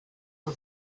for